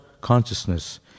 consciousness